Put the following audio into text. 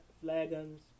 flagons